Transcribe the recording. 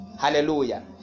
Hallelujah